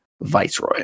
Viceroy